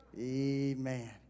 Amen